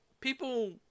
people